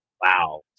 Wow